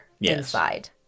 inside